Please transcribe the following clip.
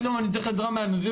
פתאום אני צריך עזרה מאנשים?